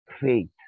Faith